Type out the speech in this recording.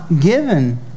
given